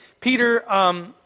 Peter